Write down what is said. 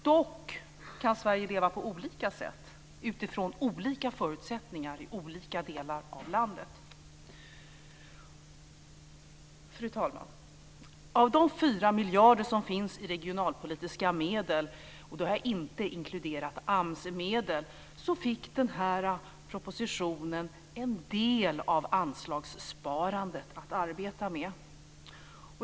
Dock kan Sverige leva på olika sätt utifrån olika förutsättningar i olika delar av landet. Fru talman! Av de 4 miljarder som finns i regionalpolitiska medel, och då har jag inte inkluderat AMS-medel, fick den här propositionen en del av anslagssparandet att arbeta med.